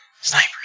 snipers